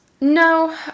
No